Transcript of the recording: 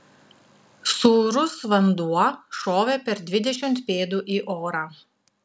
sūrus vanduo šovė per dvidešimt pėdų į orą